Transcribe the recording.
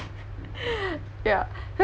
ya